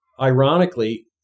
ironically